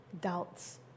doubts